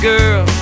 girl